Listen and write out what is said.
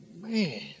Man